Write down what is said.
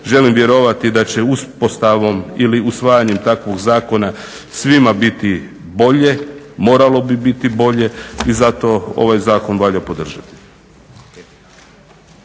Želim vjerovati da će uspostavom ili usvajanjem takvog zakona svima biti bolje, moralo bi biti bolje i zato ovaj zakon valja podržati.